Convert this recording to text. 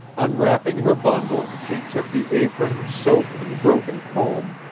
unwrapping her bundle, she took the apron, soap, and broken comb,